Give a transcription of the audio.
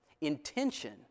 Intention